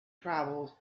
travels